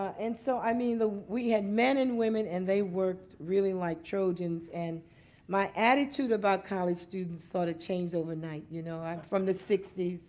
and so i mean, we had men and women. and they worked really like trojans. and my attitude about college students sort of changed overnight. you know, i'm from the sixty s.